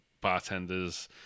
bartenders